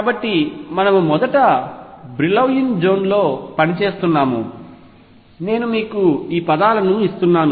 కాబట్టి మనము మొదట బ్రిలౌయిన్ జోన్లో పని చేస్తున్నాము నేను మీకు ఈ పదాలను ఇస్తున్నాను